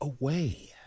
away